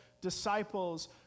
disciples